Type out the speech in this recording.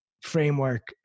framework